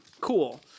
cool